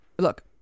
look